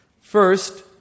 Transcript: First